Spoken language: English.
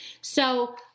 So-